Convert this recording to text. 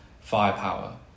firepower